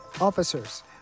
officers